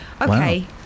Okay